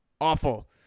awful